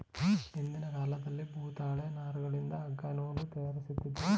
ಹಿಂದಿನ ಕಾಲದಲ್ಲಿ ಭೂತಾಳೆ ನಾರುಗಳಿಂದ ಅಗ್ಗ ನೂಲು ತಯಾರಿಸುತ್ತಿದ್ದರು